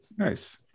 Nice